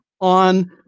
on